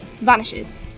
vanishes